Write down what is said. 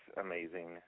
amazing